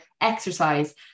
exercise